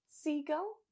Seagull